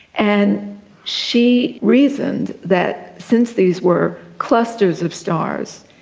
and she reasoned that since these were clusters of stars,